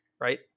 right